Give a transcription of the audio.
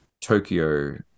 tokyo